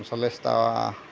চল্লিছটা